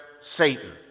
Satan